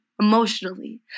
emotionally